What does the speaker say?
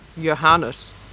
Johannes